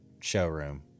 showroom